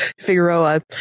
Figueroa